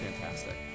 fantastic